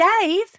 Dave